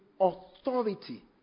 authority